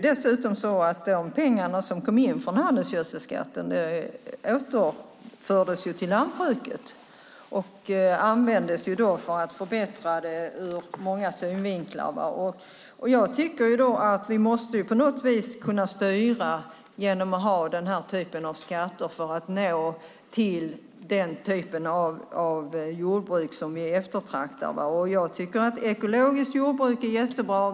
De pengar som kom in från handelsgödselskatten återfördes till lantbruket och användes för att förbättra det ur många synvinklar. Vi måste på något vis kunna styra genom att ha den här typen av skatter för att nå till den typ av jordbruk som vi eftertraktar. Ekologiskt jordbruk är jättebra.